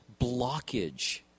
blockage